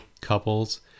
couples